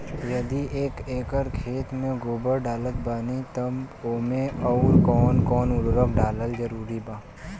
यदि एक एकर खेत मे गोबर डालत बानी तब ओमे आउर् कौन कौन उर्वरक डालल जरूरी बा?